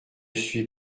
suis